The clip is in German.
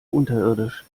unterirdisch